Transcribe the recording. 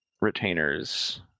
retainers